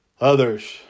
Others